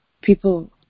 people